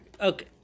Okay